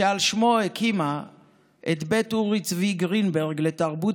שעל שמו הקימה את בית אורי צבי גרינברג לתרבות